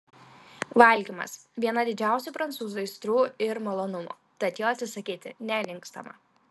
valgymas viena didžiausių prancūzų aistrų ir malonumų tad jo atsisakyti nelinkstama